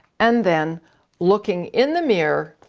and then looking in the mirror,